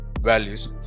values